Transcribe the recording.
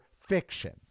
fiction